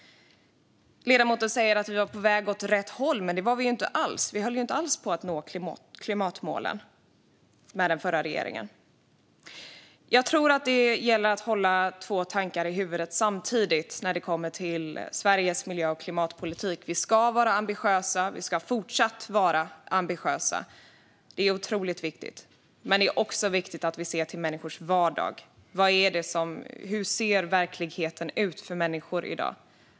Ledamoten säger att vi var på väg åt rätt håll. Men det var vi inte alls. Vi höll inte alls på att nå klimatmålen med den förra regeringen. Jag tror att det gäller att hålla två tankar i huvudet samtidigt när det handlar om Sveriges miljö och klimatpolitik. Vi ska fortsatt vara ambitiösa. Det är otroligt viktigt. Men det är också viktigt att vi ser till människors vardag. Hur ser verkligheten ut för människor i dag?